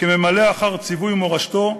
כממלא אחר ציווי מורשתו,